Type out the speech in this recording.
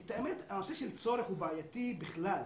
את האמת, הנושא של צורך הוא בעייתי בכלל.